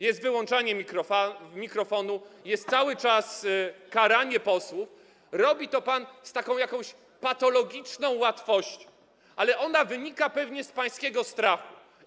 Jest wyłączanie mikrofonu, jest cały czas karanie posłów, robi to pan z taką jakąś patologiczną łatwością, ale ona wynika pewnie z pańskiego strachu.